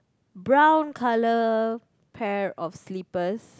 brown colour pair of slippers